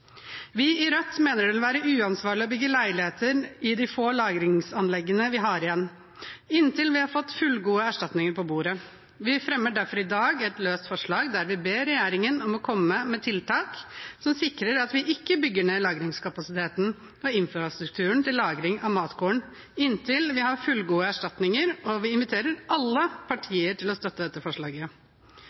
Vi i Rødt mener det ville være uansvarlig å bygge leiligheter i de få lagringsanleggene vi har igjen, inntil vi har fått fullgode erstatninger på bordet. Vi fremmer derfor i dag et løst forslag der vi ber regjeringen komme med tiltak som sikrer at vi ikke bygger ned lagringskapasiteten og infrastrukturen til lagring av matkorn inntil vi har fullgode erstatninger, og vi inviterer alle partier til å støtte dette forslaget.